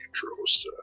controls